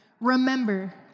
remember